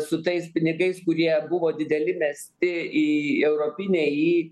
su tais pinigais kurie buvo dideli mesti į europinę į